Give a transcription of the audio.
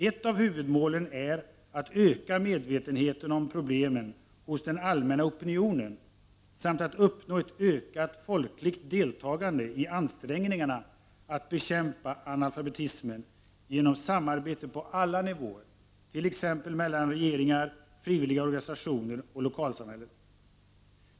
Ett av huvudmålen är att öka medvetenheten om problemen hos den allmänna opinionen samt att uppnå ett ökat folkligt deltagande i ansträngningarna att bekämpa analfabetismen genom samarbete på alla nivåer, t.ex. mellan regeringar, frivilliga organisationer och lokalsamhället.